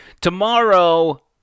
Tomorrow